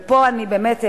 ופה אני באמת,